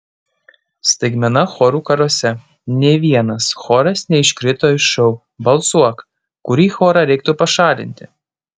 staigmena chorų karuose nė vienas choras neiškrito iš šou balsuok kurį chorą reiktų pašalinti